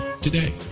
today